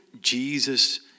Jesus